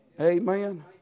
amen